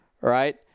right